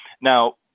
Now